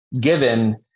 given